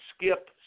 skip